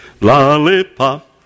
lollipop